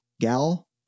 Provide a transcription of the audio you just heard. gal